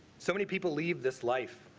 so many people leave this life,